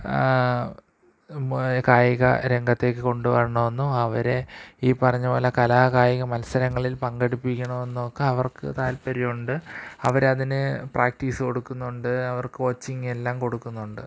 കായിക രംഗത്തേക്ക് കൊണ്ടുവരണമെന്നോ അവരെ ഈ പറഞ്ഞപോലെ കലാകായിക മത്സരങ്ങളില് പങ്കെടുപ്പിക്കണമെന്നോ ഒക്കെ അവര്ക്ക് താല്പര്യം ഉണ്ട് അവരതിന് പ്രാക്ടീസ് കൊടുക്കുന്നുണ്ട് അവര്ക്ക് കോച്ചിങ്ങെല്ലാം കൊടുക്കുന്നുണ്ട്